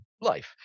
life